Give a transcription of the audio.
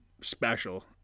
special